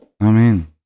Amen